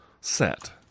set